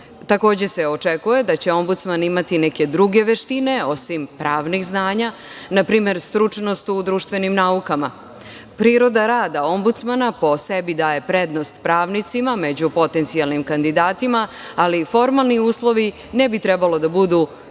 izbor. Takođe se očekuje da će Ombudsman imati neke druge veštine, osim pravnih znanja. Na primer, stručnost u društvenim naukama. Priroda rada Ombudsmana po sebi daje prednost pravnicima među potencijalnim kandidatima, ali formalni uslovi ne bi trebalo da budu toliko